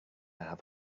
have